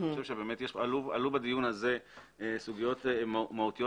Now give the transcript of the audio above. אני חושב שעלו בדיון הזה סוגיות מהותיות